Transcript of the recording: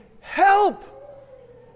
help